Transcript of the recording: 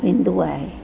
वेंदो आहे